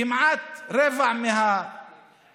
כמעט רבע מהבקעה